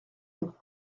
nous